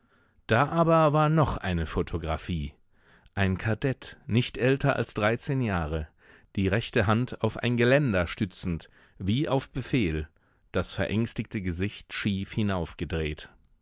da aber war noch eine photographie ein kadett nicht älter als dreizehn jahre die rechte hand auf ein geländer stützend wie auf befehl das verängstigte gesicht schief